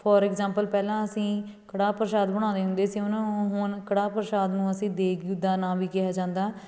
four example ਪਹਿਲਾਂ ਅਸੀਂ ਕੜਾਹ ਪ੍ਰਸ਼ਾਦ ਬਣਾਉਂਦੇ ਹੁੰਦੇ ਸੀ ਉਹਨੂੰ ਹੁਣ ਕੜਾਹ ਪ੍ਰਸ਼ਾਦ ਨੂੰ ਅਸੀਂ ਦੇਗ ਦਾ ਨਾਂ ਵੀ ਕਿਹਾ ਜਾਂਦਾ